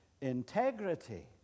integrity